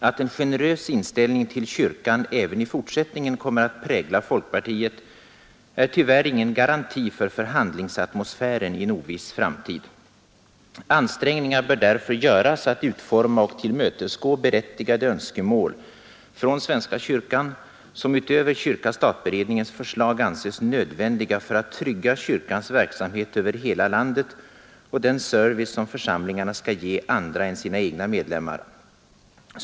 Att en generös inställning till kyrkan även i fortsättningen kommer att prägla Folkpartiet är tyvärr ingen garanti för förhandlingsatmosfären i en oviss framtid. Ansträngningar bör därför göras att utforma och tillmötesgå berättigade önskemål från Svenska Kyrkan som utöver kyrka—stat-beredningens förslag anses nödvändiga för att trygga kyrkans verksamhet över hela landet och den service som församlingarna skall ge andra än sina egna medlem mar.